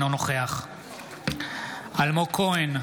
אינו נוכח אלמוג כהן,